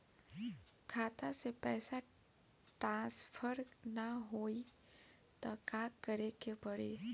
खाता से पैसा टॉसफर ना होई त का करे के पड़ी?